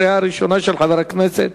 של חבר הכנסת